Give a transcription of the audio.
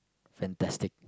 fantastic